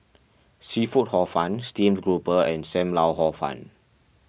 Seafood Hor Fun Steamed Grouper and Sam Lau Hor Fun